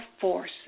force